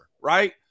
Right